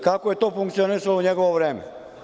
Kako je to funkcionisalo u njegovo vreme?